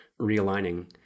realigning